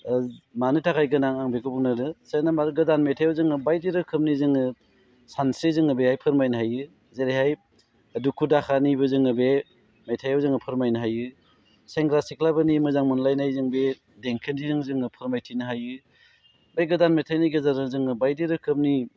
ओ मानो थाखाय गोनां आं बेखौ बुंनो नागेरदों से नाम्बार गोदान मेथाइआव जोङो बायदि रोखोमनि जोङो सानस्रि जोङो बेहाय फोरमायनो हायो जेरैहाय दुखु दाहानिबो जोङो बे मेथाइआव जोङो फोरमायनो हायो सेंग्रा सिख्लाफोरनि मोजां मोनलायनाय जों बे देंखोजों जोङो फोरमायथिनो हायो बे गोदान मेथाइनि गेजेरजों जोङो बायदि रोखोमनि